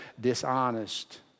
dishonest